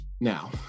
Now